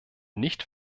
nicht